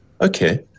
Okay